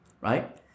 Right